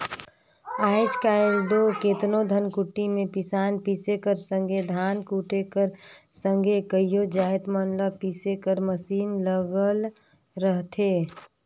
आएज काएल दो केतनो धनकुट्टी में पिसान पीसे कर संघे धान कूटे कर संघे कइयो जाएत मन ल पीसे कर मसीन लगल रहथे